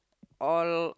all